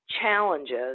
challenges